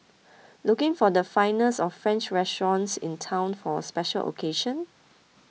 looking for the finest of French restaurants in town for a special occasion